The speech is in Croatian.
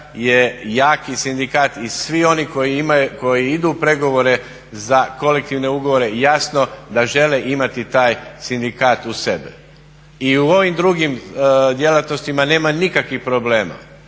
je jaki sindikat i svi oni koji idu u pregovore za kolektivne ugovore jasno da žele imati taj sindikat uz sebe. I u ovim drugim djelatnostima nema nikakvih problema.